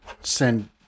send